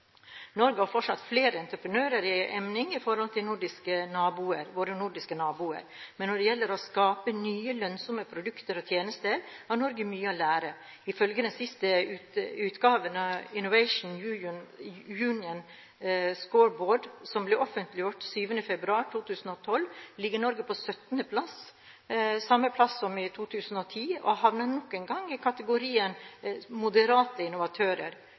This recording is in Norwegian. Norge har fortsatt flere entreprenører i emning i forhold til våre nordiske naboer, men når det gjelder å skape nye lønnsomme produkter og tjenester, har Norge mye å lære. Ifølge den siste utgaven av Innovation Union Scoreboard, som ble offentliggjort 7. februar 2012, ligger Norge på 17. plass – samme plass som i 2010 – og havner nok en gang i kategorien «moderate innovatører».